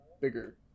bigger